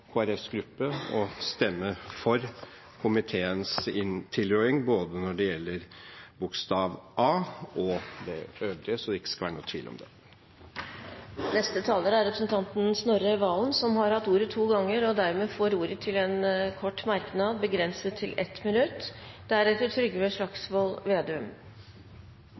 gruppe å stemme for komiteens tilråding når det gjelder både innstillingens forslag til vedtak A og det øvrige, slik at det ikke skal være noen tvil om det. Representanten Snorre Serigstad Valen har hatt ordet to ganger tidligere og får ordet til en kort merknad, begrenset til 1 minutt.